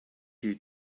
you